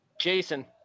Jason